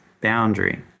boundary